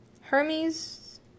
Hermes